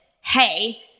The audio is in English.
hey